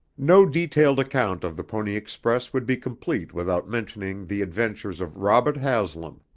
no detailed account of the pony express would be complete without mentioning the adventures of robert haslam,